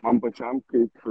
man pačiam kaip